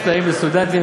יש תנאים לסטודנטים,